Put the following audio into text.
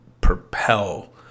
propel